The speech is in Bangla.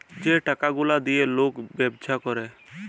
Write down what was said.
যে টাকা গুলা দিঁয়ে লক ব্যবছা ক্যরে